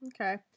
okay